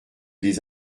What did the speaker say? des